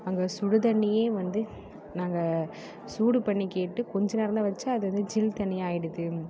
அங்கே சுடு தண்ணி வந்து நாங்கள் சூடு பண்ணி கேட்டு கொஞ்சம் நேரம் தான் வந்துச்சு அது அது ஜில் தண்ணியாகிடுது